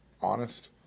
honest